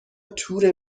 تور